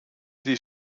die